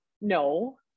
no